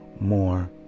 more